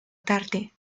tarde